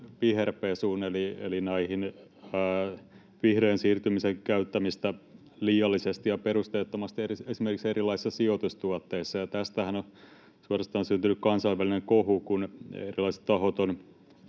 viherpesuun eli vihreän siirtymisen käyttämiseen liiallisesti ja perusteettomasti esimerkiksi erilaisissa sijoitustuotteissa, ja tästähän on suorastaan syntynyt kansainvälinen kohu, kun erilaiset tahot